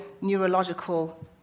neurological